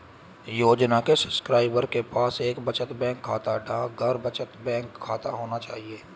योजना के सब्सक्राइबर के पास एक बचत बैंक खाता, डाकघर बचत बैंक खाता होना चाहिए